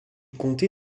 comté